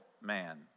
man